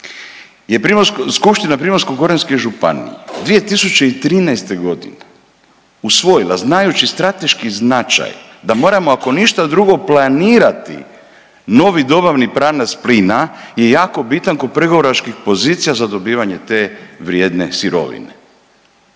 je Skupština Primorsko-goranske županije 2013. godine usvojila znajući strateški značaj da moramo ako ništa drugo planirati novi dobavni pravac plina je jako bitan kod pregovaračkih pozicija za dobivanje te vrijedne sirovine.